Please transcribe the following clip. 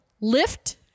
lift